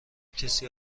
کسی